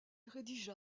rédigea